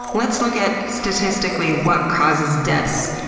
let's look at statistically what causes deaths,